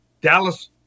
Dallas